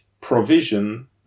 provision